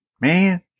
man